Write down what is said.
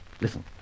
Listen